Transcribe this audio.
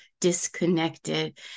disconnected